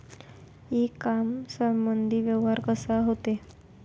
इ कामर्समंदी व्यवहार कसा होते?